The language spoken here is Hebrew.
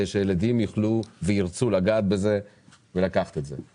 שילדים יוכלו וירצו לגעת בזה ולקחת את זה.